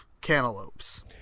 cantaloupes